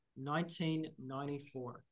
1994